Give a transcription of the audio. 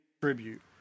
tribute